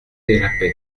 échappé